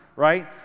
Right